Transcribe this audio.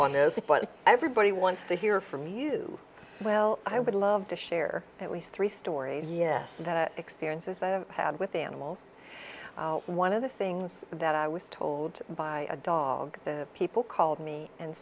this but everybody wants to hear from you well i would love to share at least three stories yes experiences i had with animals one of the things that i was told by a dog the people called me and